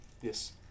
Yes